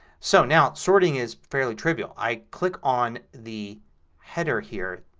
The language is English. so now sorting is fairly trivial. i click on the header here,